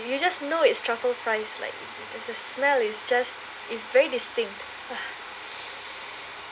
you just know it's truffle fries like the smell is just is very distinct ah